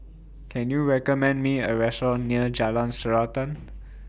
Can YOU recommend Me A Restaurant near Jalan Srantan